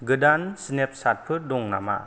गोदान स्नेपचाटफोर दं नामा